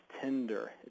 tender